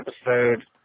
episode